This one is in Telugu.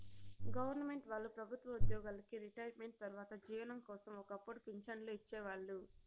గొవర్నమెంటు వాళ్ళు ప్రభుత్వ ఉద్యోగులకి రిటైర్మెంటు తర్వాత జీవనం కోసం ఒక్కపుడు పింఛన్లు ఇచ్చేవాళ్ళు